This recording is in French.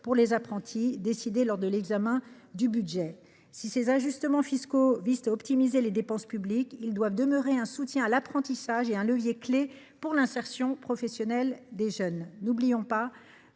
pour les apprentis qui a été décidée lors de l’examen du budget. Si ces ajustements fiscaux visent à optimiser les dépenses publiques, ils doivent demeurer un soutien à l’apprentissage et un levier clé pour l’insertion professionnelle des jeunes. N’oublions pas